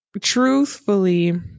truthfully